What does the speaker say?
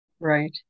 Right